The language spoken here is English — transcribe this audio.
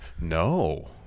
No